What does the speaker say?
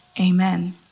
Amen